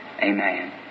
amen